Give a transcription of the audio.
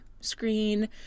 screen